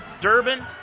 Durbin